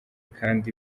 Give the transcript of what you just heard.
kandi